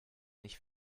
nicht